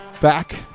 back